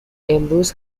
امروز